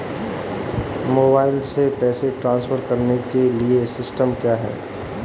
Mobile से पैसे transfer करने के लिए सिस्टम क्या है?